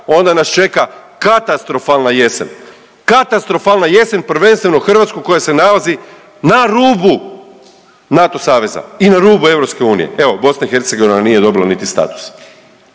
onda nas čeka katastrofalna jesen. Katastrofalna jesen, prvenstveno Hrvatsku koja se nalazi na rubu NATO saveza i na rubu EU, evo BiH nije dobila niti status.